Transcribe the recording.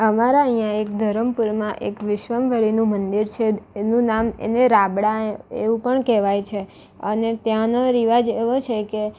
અમારા અહીંયા એક ધરમપુરમાં એક વિશ્વંભરીનું મંદિર છે એનું નામ એને રાબડા એવું પણ કહેવાય છે અને ત્યાંનો રિવાજ એવો છે કે